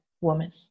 woman